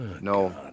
No